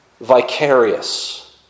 vicarious